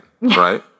right